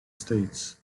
states